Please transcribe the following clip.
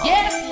Yes